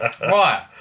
Right